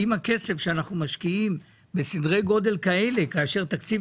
האם הכסף שאנחנו משקיעים בסדרי גודל כאלה כאשר תקציב